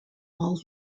all